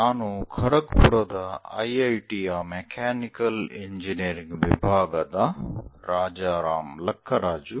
ನಾನು ಖರಗ್ಪುರದ ಐಐಟಿಯ ಮೆಕ್ಯಾನಿಕಲ್ ಇಂಜಿನಿಯರಿಂಗ್ ವಿಭಾಗದ ರಾಜಾರಾಮ್ ಲಕ್ಕರಾಜು